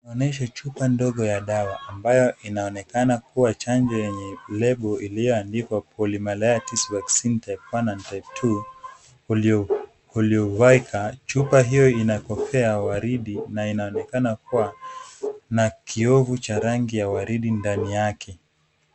Inaonyesha chumba ndogo ya dawa ambayo inaonekana kuwa chanjo yenye lebo iliyoandikwa Polimalaitis vaccine type 1 and 2 Poliovicad . Chupa hiyo ina kofia ya waridi na inaonekana kuwa na kiyovu cha rangi ya waridi ndani yake.